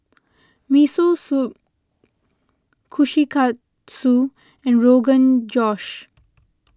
Miso Soup Kushikatsu and Rogan Josh